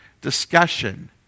discussion